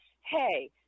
hey